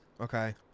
Okay